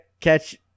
catch